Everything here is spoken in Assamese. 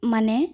মানে